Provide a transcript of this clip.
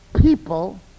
people